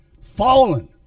fallen